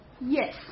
Yes